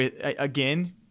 again